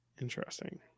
Interesting